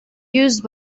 used